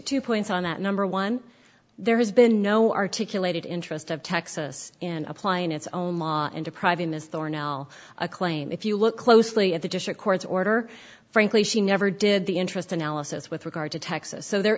two points on that number one there has been no articulated interest of texas in applying its own law into private as they are now a claim if you look closely at the district court's order frankly she never did the interest analysis with regard to texas so there